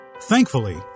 Thankfully